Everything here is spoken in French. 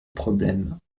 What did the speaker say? problème